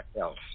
else